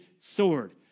sword